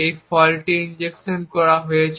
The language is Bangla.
এখন ফল্টটি ইনজেকশন করা হয়েছে